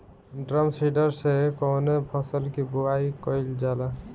Drum seeder से कवने फसल कि बुआई कयील जाला?